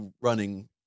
running